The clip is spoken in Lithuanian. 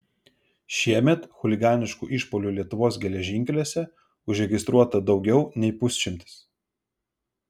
šiemet chuliganiškų išpuolių lietuvos geležinkeliuose užregistruota daugiau nei pusšimtis